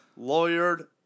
lawyered